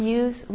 use